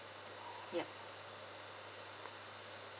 yeah